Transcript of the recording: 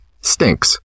stinks